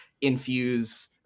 infuse